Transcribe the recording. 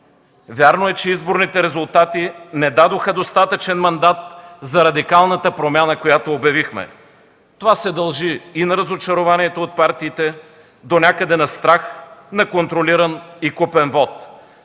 Вярно е, че изборните резултати не дадоха достатъчен мандат за радикалната промяна, която обявихме. Това се дължи и на разочарованието от партиите, донякъде на страх, на контролиран и на купен вот,